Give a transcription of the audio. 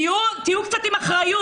תהיו קצת עם אחריות.